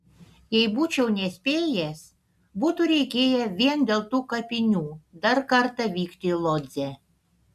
jei būčiau nespėjęs būtų reikėję vien dėl tų kapinių dar kartą vykti į lodzę